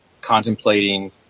contemplating